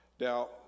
Now